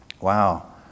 Wow